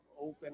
open